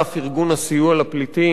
ארגון הסיוע לפליטים,